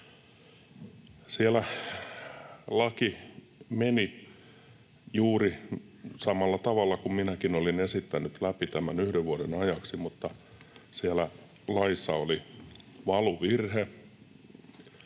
Siellä laki meni läpi juuri samalla tavalla kuin minäkin olin esittänyt tämän yhden vuoden ajaksi, mutta siellä laissa oli valuvirhe,